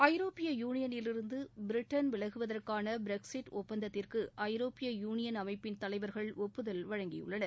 ஐரோப்பிய யூனியளிலிருந்து பிரிட்டன் விலகுவதற்கான பிரிக்ஸிட் ஒப்பந்தத்திற்கு ஐரோப்பிய யூனியன் அமைப்பின் தலைவர்கள் ஒப்புதல் வழங்கியுள்ளனர்